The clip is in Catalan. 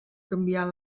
canviar